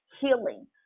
healing